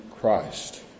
Christ